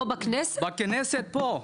בכנסת פה.